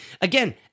again